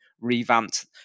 revamped